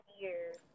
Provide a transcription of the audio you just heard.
years